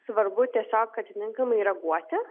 svarbu tiesiog atitinkamai reaguoti